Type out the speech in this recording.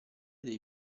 dei